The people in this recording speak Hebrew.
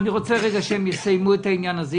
אני רוצה שהם יסיימו את העניין הזה.